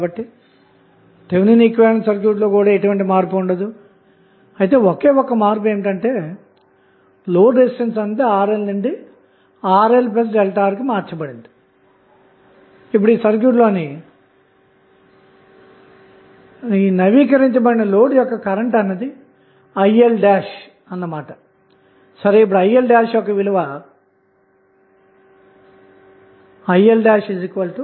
కాబట్టి 1K ohm అంతటా ఉండేవోల్టేజ్v011382Vఉంటుంది కాబట్టి మీరు వోల్టేజ్ డివిజన్ టెక్నిక్ను గాని లూప్ సమీకరణాన్ని గాని ఉపయోగించి v0 విలువను కనుగొనవచ్చు